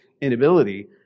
inability